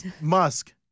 Musk